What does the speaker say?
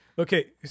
Okay